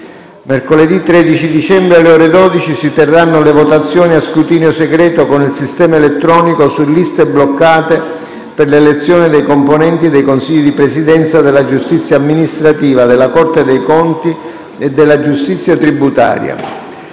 Mercoledì 13 dicembre, alle ore 12, si terranno le votazioni a scrutinio segreto con il sistema elettronico su liste bloccate per l'elezione dei componenti dei consigli di presidenza della giustizia amministrativa, della Corte dei conti e della giustizia tributaria.